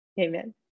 Amen